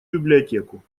библиотеку